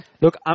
Look